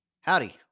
Howdy